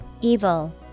Evil